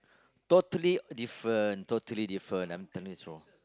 totally different totally different I'm telling you so